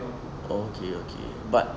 okay okay but